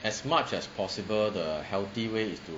as much as possible the healthy way is to